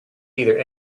either